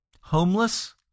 Homeless